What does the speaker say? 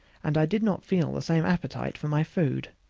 and i did not feel the same appetite for my food.